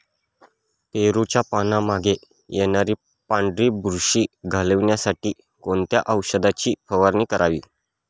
पेरूच्या पानांमागे येणारी पांढरी बुरशी घालवण्यासाठी कोणत्या औषधाची फवारणी करावी?